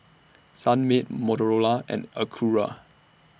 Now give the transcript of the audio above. Sunmaid Motorola and Acura